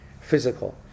Physical